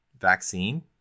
vaccine